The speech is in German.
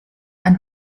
ein